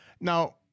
Now